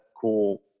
cool